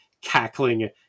cackling